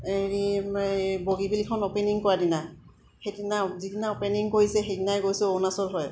হেৰি এই বগীবিলখন অপেনিং কৰা দিনা সেইদিনা যিদিনা অ'পেনিং কৰিছে সেইদিনাই গৈছোঁ অৰুণাচল হৈ